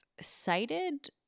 cited